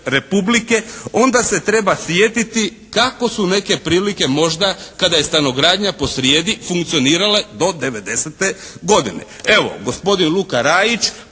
onda se treba sjetiti kako su neke prilike možda kada je stanogradnja posrijedi funkcionirala do 90.-te godine. Evo, gospodin Luka Rajić